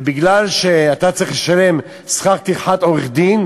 ובגלל שצריך לשלם שכר טרחת עורך-דין